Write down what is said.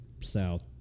South